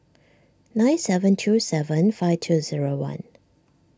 nine seven two seven five two zero one